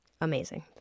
amazing